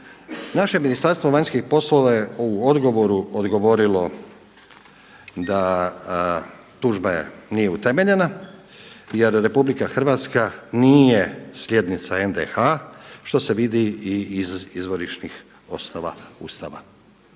Naše Ministarstvo vanjskih poslova je u odgovoru odgovorilo da tužba nije utemeljena jer RH nije slijednica NDH što se vidi i iz izvorišnih osnova Ustava.